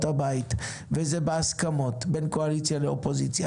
הבית וזה בהסכמות בין קואליציה לאופוזיציה